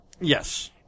Yes